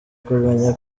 kumenya